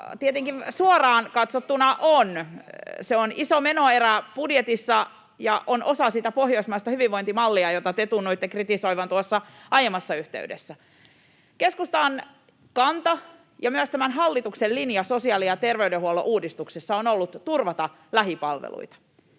tietenkin suoraan katsottuna ovat. Se on iso menoerä budjetissa ja on osa sitä pohjoismaista hyvinvointimallia, jota te tunnuitte kritisoivan tuossa aiemmassa yhteydessä. Keskustan kanta ja myös tämän hallituksen linja sosiaali- ja terveydenhuollon uudistuksessa on ollut turvata lähipalveluita.